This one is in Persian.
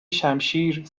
شمشیر